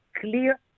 clear